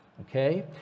Okay